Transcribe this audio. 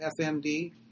FMD